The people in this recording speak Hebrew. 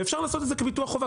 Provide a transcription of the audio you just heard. ואפשר לעשות את זה כביטוח חובה,